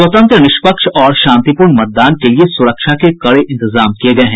स्वतंत्र निष्पक्ष और शांतिपूर्ण मतदान के लिये सुरक्षा के कड़े इंतजाम किये गये हैं